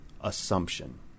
assumption